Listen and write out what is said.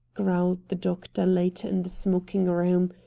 growled the doctor later in the smoking-room,